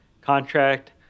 contract